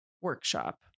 workshop